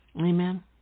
Amen